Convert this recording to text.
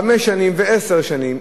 חמש שנים ועשר שנים,